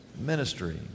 ministry